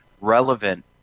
relevant